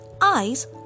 eyes